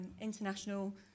international